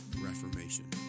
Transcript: reformation